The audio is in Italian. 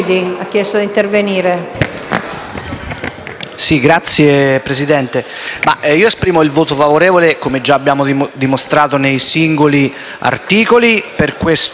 Signora Presidente, esprimo il voto favorevole, come abbiamo dimostrato già per i singoli articoli, su questo disegno di legge.